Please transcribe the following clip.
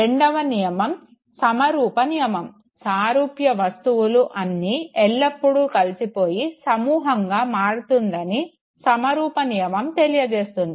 రెండవ నియమం సమరూప నియమం సారూప్య వస్తువులు అన్నీ ఎల్లప్పుడు కలిసిపోయి సమూహంగా మారుతుందని సమరూప నియమం తెలియజేస్తుంది